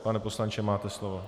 Pane poslanče, máte slovo.